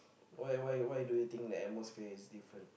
why why why do you think the atmosphere is different